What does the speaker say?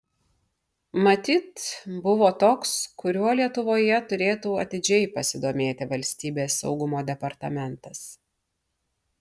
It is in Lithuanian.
matyt buvo toks kuriuo lietuvoje turėtų atidžiai pasidomėti valstybės saugumo departamentas